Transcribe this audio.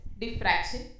diffraction